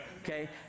Okay